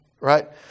Right